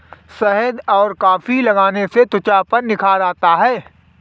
शहद और कॉफी लगाने से त्वचा पर निखार आता है